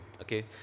Okay